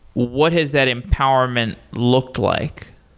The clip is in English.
what has that empowerment look like?